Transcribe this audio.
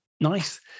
Nice